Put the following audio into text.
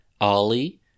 Ollie